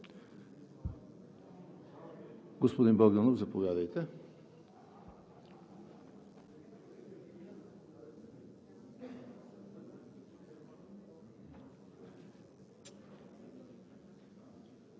Господин Богданов, заповядайте.